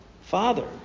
father